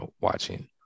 watching